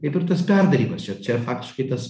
kaip ir tas perdarymas čia čia yra faktiškai tas